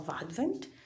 Advent